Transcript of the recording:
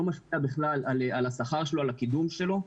משפיעה בכלל על השכר שלו ועל הקידום שלו,